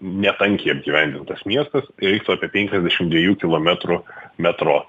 netankiai apgyvendintas miestas tai reiktų apie penkiasdešim dviejų kilometrų metro